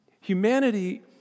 humanity